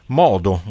modo